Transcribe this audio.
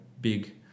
big